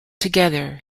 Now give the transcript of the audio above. together